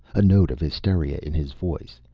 a note of hysteria in his voice,